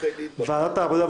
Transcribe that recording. בוועדת העבודה,